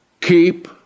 keep